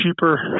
cheaper